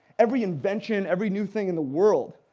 every invention, every new thing in the world,